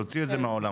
להוציא את זה מהעולם.